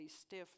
stiff